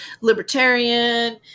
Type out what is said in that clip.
libertarian